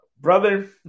Brother